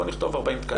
בוא נכתוב 40 תקנים.